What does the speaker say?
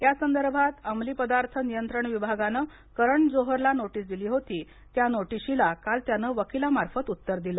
या संदर्भात अमली पदार्थ नियंत्रण विभागानं करण जोहरला नोटीस दिली होती त्या नोटिशीला काल त्याने वकीलामार्फत उत्तर दिलं